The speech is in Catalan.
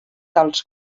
tals